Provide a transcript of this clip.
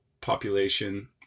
population